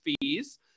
fees